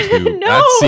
No